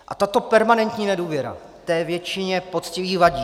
A tato permanentní nedůvěra té většině poctivých vadí.